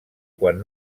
quan